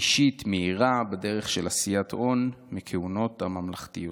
אישית מהירה בדרך של עשיית הון מהכהונות הממלכתיות".